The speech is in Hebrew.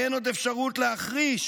אין עוד אפשרות להחריש